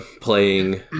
playing